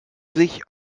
sich